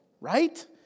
right